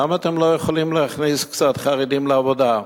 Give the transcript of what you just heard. למה אתם לא יכולים להכניס קצת חרדים לעבודה?